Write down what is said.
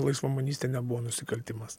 laisvamanystė nebuvo nusikaltimas